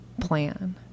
plan